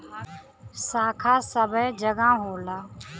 शाखा सबै जगह होला